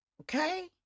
Okay